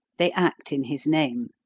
they act in his name.